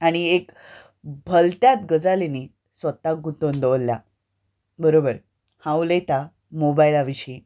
आनी एक भलत्याच गजालींनी स्वताक गुंतोवन दवरल्या बरोबर हांव उलयतां मोबायला विशीं